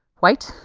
white.